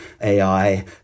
AI